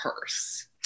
purse